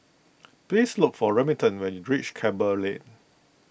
please look for Remington when you reach Campbell Lane